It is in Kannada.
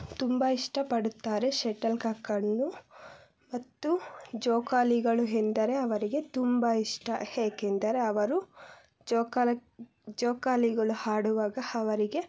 ತುಂಬ ಇಷ್ಟಪಡುತ್ತಾರೆ ಶಟ್ಟಲ್ ಕಾಕನ್ನು ಮತ್ತು ಜೋಕಾಲಿಗಳು ಎಂದರೆ ಅವರಿಗೆ ತುಂಬ ಇಷ್ಟ ಏಕೆಂದರೆ ಅವರು ಜೋಕಾಲಕ್ ಜೋಕಾಲಿಗಳು ಆಡುವಾಗ ಅವರಿಗೆ